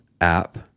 app